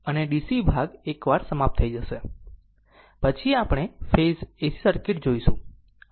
અને DC ભાગ એકવાર સમાપ્ત થઈ જશે પછી આપણે સિંગલ ફેઝ AC સર્કિટ જોઈશું